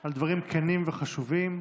על דברים כנים וחשובים.